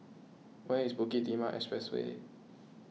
where is Bukit Timah Expressway